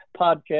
podcast